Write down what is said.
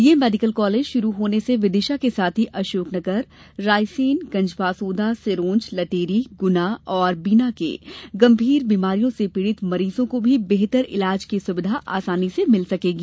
ये medical college शुरू होने से विदिशा के साथ ही अशोकनगर रायसेन गंजबासौदा सिरोंज लटेरी गुना और बीना के गंभीर बीमारियों से पीड़ित मरीजों को भी बेहतर इलाज की सुविधा आसानी से मिल सकेगी